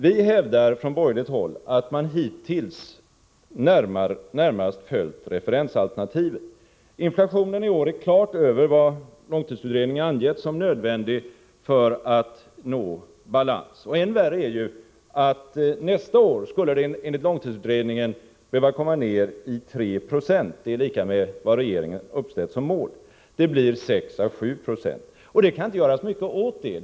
Vi hävdar från borgerligt håll att man hittills närmast följt referensalternativet. Inflationen i år går klart över vad långtidsutredningen angivit som nödvändig högsta nivå för att nå balans. Än värre är att den nästa år enligt långtidsutredningen skulle behöva komma ned i 3 26. Det är lika med vad regeringen ställt som mål. Det blir 6 å 7 20. Och det kan inte göras mycket åt det.